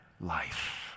life